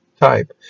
type